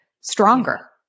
stronger